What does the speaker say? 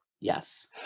yes